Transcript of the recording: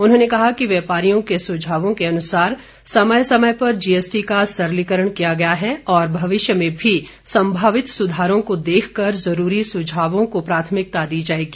उन्होंने कहा कि व्यापारियों के सुझावों के अनुसार समय समय पर जीएसटी का सरलीकरण किया गया है और भविष्य में भी संभावित सुधारों को देखकर जरूरी सुझावों को प्राथमिकता दी जाएगी